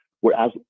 whereas